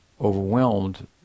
overwhelmed